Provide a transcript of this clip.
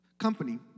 company